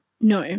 No